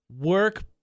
Work